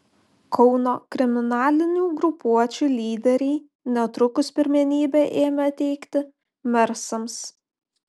kauno kriminalinių grupuočių lyderiai netrukus pirmenybę ėmė teikti mersams